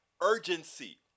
urgency